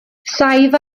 saif